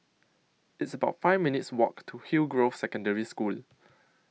It's about five minutes' Walk to Hillgrove Secondary School